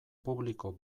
publiko